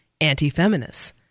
anti-feminists